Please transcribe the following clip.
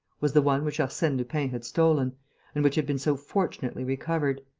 was the one which arsene lupin had stolen and which had been so fortunately recovered.